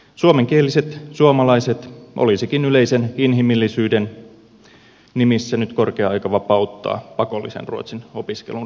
suomenkieliset suomalaiset olisikin yleisen inhimillisyyden nimissä nyt korkea aika vapauttaa pakollisen ruotsin opiskelun raskaasta taakasta